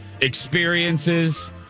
experiences